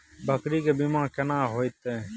बकरी के बीमा केना होइते?